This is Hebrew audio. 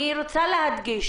אני רוצה להדגיש